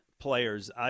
players